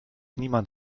niemand